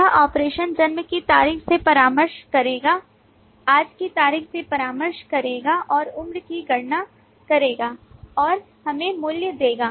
यह ऑपरेशन जन्म की तारीख से परामर्श करेगा आज की तारीख से परामर्श करेगा और उम्र की गणना करेगा और हमें मूल्य देगा